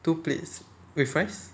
two plates with rice